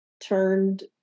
turned